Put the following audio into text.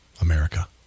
America